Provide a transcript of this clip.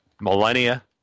millennia